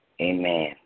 Amen